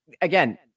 again